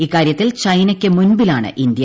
ഇക്കാര്യത്തിൽ ചൈനയ്ക്ക് മുമ്പിലാണ് ഇന്ത്യ